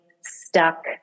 stuck